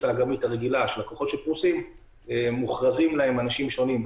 האג"מית הרגילה של הכוחות שפרוסים מוכרזים להם אנשים שונים,